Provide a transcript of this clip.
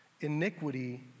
iniquity